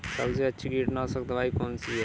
सबसे अच्छी कीटनाशक दवाई कौन सी है?